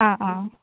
ആ ആ